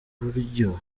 buryo